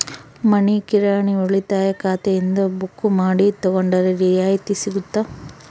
ಮನಿ ಕಿರಾಣಿ ಉಳಿತಾಯ ಖಾತೆಯಿಂದ ಬುಕ್ಕು ಮಾಡಿ ತಗೊಂಡರೆ ರಿಯಾಯಿತಿ ಸಿಗುತ್ತಾ?